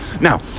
now